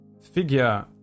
figure